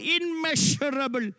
immeasurable